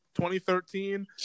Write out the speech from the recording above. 2013